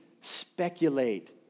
speculate